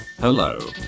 Hello